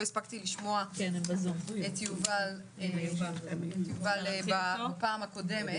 לא הספקתי לשמוע את יובל בפעם הקודמת.